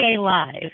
Live